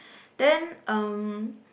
then um